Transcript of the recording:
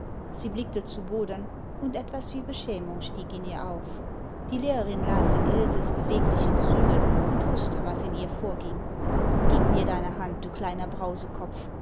sie blickte zu boden und etwas wie beschämung stieg in ihr auf die lehrerin las in ilses beweglichen zügen und wußte was in ihr vorging gieb mir deine hand du kleiner